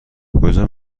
کجا